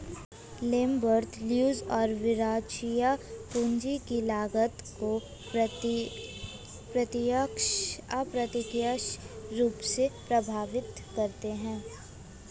Lambert, Leuz और Verrecchia, पूंजी की लागत को प्रत्यक्ष, अप्रत्यक्ष रूप से प्रभावित करती है